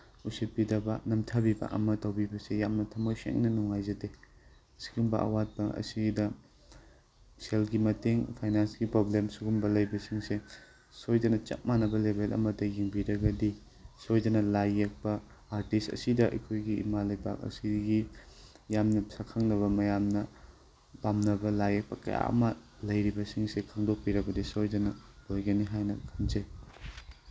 ꯎꯁꯤꯠꯄꯤꯗꯕ ꯅꯝꯊꯕꯤꯕ ꯑꯃ ꯇꯧꯕꯤꯕꯁꯦ ꯌꯥꯝꯅ ꯊꯃꯣꯏꯁꯦꯡꯅ ꯅꯨꯡꯉꯥꯏꯖꯗꯦ ꯑꯁꯤꯒꯨꯝꯕ ꯑꯋꯥꯠꯄ ꯑꯁꯤꯗ ꯁꯦꯜꯒꯤ ꯃꯇꯦꯡ ꯐꯥꯏꯅꯥꯟꯁꯀꯤ ꯄ꯭ꯔꯣꯕ꯭ꯂꯦꯝ ꯑꯁꯤꯒꯨꯝꯕ ꯂꯩꯕꯁꯤꯡꯁꯦ ꯁꯣꯏꯗꯅ ꯆꯞ ꯃꯥꯟꯅꯕ ꯂꯦꯕꯦꯜ ꯑꯃ ꯌꯦꯡꯕꯤꯔꯒꯗꯤ ꯁꯣꯏꯗꯅ ꯂꯥꯏ ꯌꯦꯛꯄ ꯑꯥꯔꯇꯤꯁ ꯑꯁꯤꯗ ꯑꯩꯈꯣꯏꯒꯤ ꯏꯃꯥ ꯂꯩꯄꯥꯛ ꯑꯁꯤꯒꯤ ꯌꯥꯝꯅ ꯁꯛꯈꯪꯂꯕ ꯃꯌꯥꯝꯅ ꯄꯥꯝꯅꯕ ꯂꯥꯏ ꯌꯦꯛꯄ ꯀꯌꯥ ꯑꯃ ꯂꯩꯔꯤꯕꯁꯤꯡꯁꯦ ꯈꯪꯗꯣꯛꯄꯤꯔꯕꯗꯤ ꯁꯣꯏꯗꯅ ꯑꯣꯏꯒꯅꯤ ꯍꯥꯏꯅ ꯈꯟꯖꯩ